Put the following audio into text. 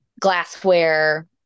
glassware